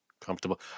comfortable